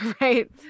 right